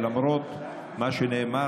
למרות מה שנאמר,